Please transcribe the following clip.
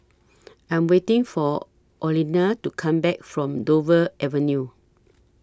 I Am waiting For Orlena to Come Back from Dover Avenue